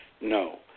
no